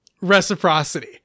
Reciprocity